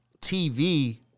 tv